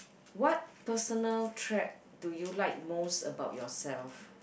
what personal trait do you like most about yourself